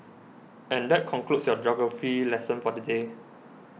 and that concludes your geography lesson for the day